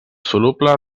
soluble